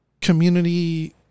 community